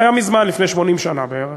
זה היה מזמן, לפני 80 שנה בערך.